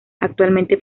actualmente